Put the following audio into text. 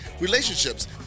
relationships